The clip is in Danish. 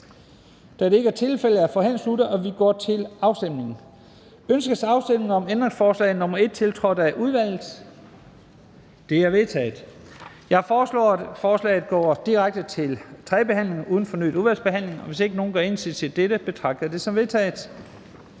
Afstemning Første næstformand (Leif Lahn Jensen): Ønskes afstemning om ændringsforslag nr. 1, tiltrådt af udvalget? Det er vedtaget. Jeg foreslår, at forslaget går direkte til tredje behandling uden fornyet udvalgsbehandling. Hvis ingen gør indsigelse mod dette, betragter jeg det som vedtaget.